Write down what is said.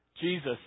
Jesus